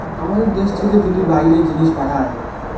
আমাদের দ্যাশ থেকে যদি বাইরে জিনিস পাঠায়